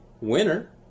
Winner